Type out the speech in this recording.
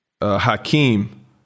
Hakeem